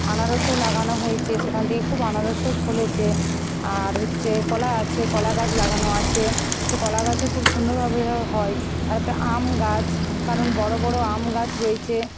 আনারসও লাগানো হয়েছে সেখান থেকে খুব আনারসও ফলেছে আর হচ্ছে কলা আছে কলা গাছ লাগানো আছে সে কলা গাছও খুব সুন্দরভাবে এ ভাবে হয় তার প্রায় আম গাছ কারণ বড়ো বড়ো আম গাছ রয়েছে